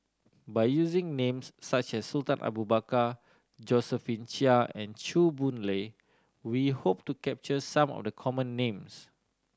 by using names such as Sultan Abu Bakar Josephine Chia and Chew Boon Lay we hope to capture some of the common names